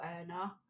earner